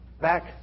Back